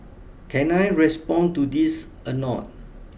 can I respond to this anot